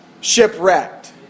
shipwrecked